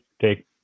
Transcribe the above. take